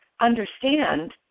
understand